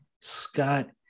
Scott